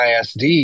ISD